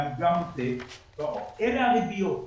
אלה הריביות.